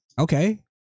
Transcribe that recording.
Okay